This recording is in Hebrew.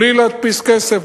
בלי להדפיס כסף,